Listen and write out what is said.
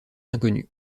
inconnu